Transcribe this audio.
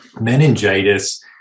meningitis